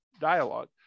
dialogue